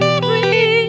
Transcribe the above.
free